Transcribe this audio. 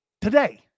today